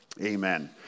Amen